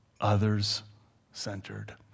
Others-centered